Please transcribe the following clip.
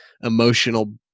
emotional